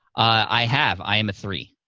i have, i am a three.